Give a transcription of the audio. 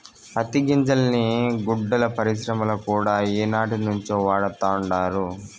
పత్తి గింజల్ని గుడ్డల పరిశ్రమల కూడా ఏనాటినుంచో వాడతండారు